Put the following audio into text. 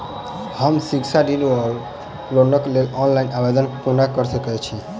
हम शिक्षा ऋण वा लोनक लेल ऑनलाइन आवेदन कोना कऽ सकैत छी?